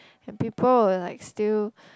and people were like still